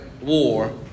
War